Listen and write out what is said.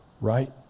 right